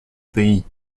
pays